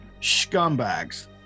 scumbags